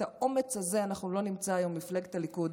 את האומץ הזה אנחנו לא נמצא היום במפלגת הליכוד.